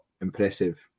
impressive